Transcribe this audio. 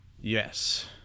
Yes